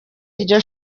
iryo